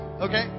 okay